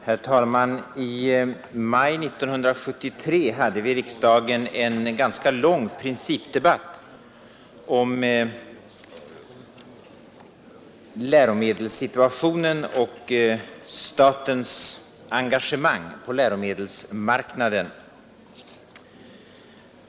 Herr talman! I maj 1973 hade vi i riksdagen en ganska lång principdebatt om läromedelssituationen och statens engagemang på läromedelsmarknaden.